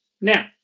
now